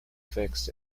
fix